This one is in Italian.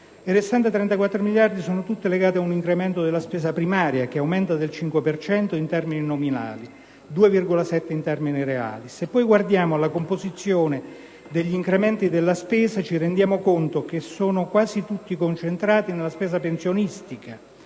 I restanti 34 miliardi sono tutti legati a un incremento della spesa primaria, che aumenta del 5 per cento in termini nominali (2,7 in termini reali). Se poi guardiamo alla composizione degli incrementi della spesa, ci rendiamo conto che sono quasi tutti concentrati nella spesa pensionistica